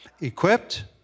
equipped